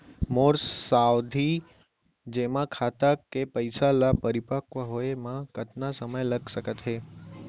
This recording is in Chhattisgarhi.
मोर सावधि जेमा खाता के पइसा ल परिपक्व होये म कतना समय लग सकत हे?